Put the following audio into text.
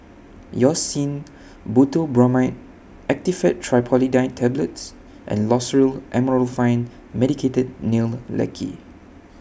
Hyoscine Butylbromide Actifed Triprolidine Tablets and Loceryl Amorolfine Medicated Nail Lacquer